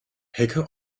hecke